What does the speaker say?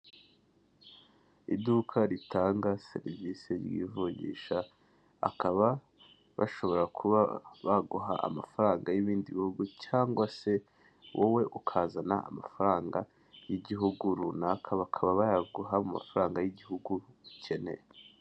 Iduka ritanga serivisi ry'ivungisha akaba bashobora kuba baguha amafaranga y'ibindi bihugu cyangwa se wowe ukazana amafaranga y'igihugu runaka bakaba bayaguha mu mafaranga y'igihugu ukeneye.